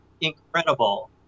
incredible